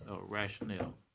rationale